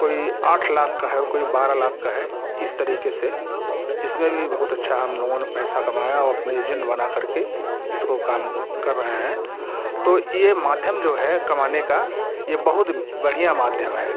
कोई आठ लाख का है कोई बारह लाख का है इस तरीके से इसमें भी बहुत अच्छा हम लोगों ने पैसा कमाया और अपने एजेंट बना करके इसको काम कर रहे हैं तो ये माध्यम जो है कमाने का ये बहुत बढ़ियाँ माध्यम है